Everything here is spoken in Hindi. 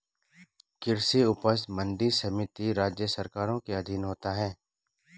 कृषि उपज मंडी समिति राज्य सरकारों के अधीन होता है